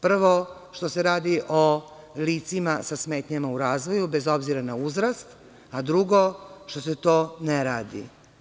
Prvo, radi se o licima sa smetnjama u razvoju, bez obzira na uzrast, a drugo što se to ne radi.